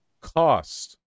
cost